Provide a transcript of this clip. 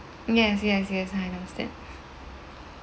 yes yes yes I understand